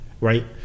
Right